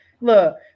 Look